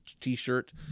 T-shirt